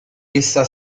essa